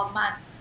months